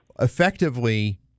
effectively